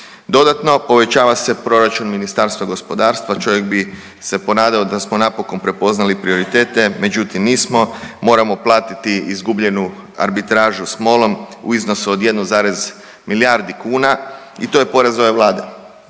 Dodatno, povećava se proračun Ministarstva gospodarstva, čovjek bi se ponadao da smo napokon prepoznali prioritete, međutim nismo moramo platiti izgubljenu arbitražu s MOL-om u iznosu od 1, milijardi kuna i to poraz ove vlade,